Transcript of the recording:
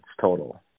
total